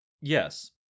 Yes